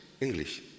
English